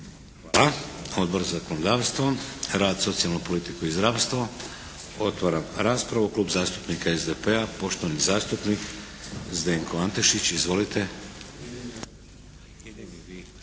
Hvala. Odbor za zakonodavstvo? Rad, socijalnu politiku i zdravstvo? Otvaram raspravu. Klub zastupnika SDP-a, poštovani zastupnik Zdenko Antešić. Izvolite!